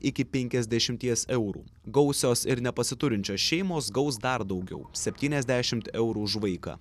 iki penkiasdešimties eurų gausios ir nepasiturinčios šeimos gaus dar daugiau septyniasdešimt eurų už vaiką